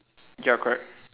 ya correct